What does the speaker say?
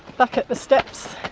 but the steps.